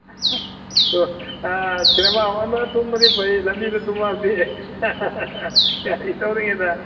cinema ꯍꯣꯜꯗ ꯇꯨꯝꯕꯗꯤ ꯐꯩ ꯂꯝꯕꯤꯗ ꯇꯨꯝꯃꯛꯑꯕꯗꯤ ꯒꯥꯔꯤ ꯊꯧꯔꯤꯉꯩꯗ